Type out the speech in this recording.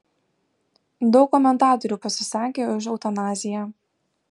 daug komentatorių pasisakė už eutanaziją